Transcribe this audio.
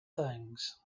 things